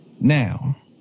Now